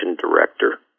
director